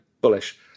bullish